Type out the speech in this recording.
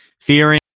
fearing